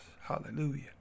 Hallelujah